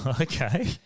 Okay